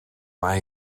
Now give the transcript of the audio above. what